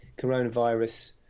coronavirus